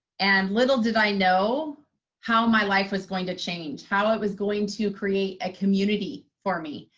and little did i know how my life was going to change, how it was going to create a community for me,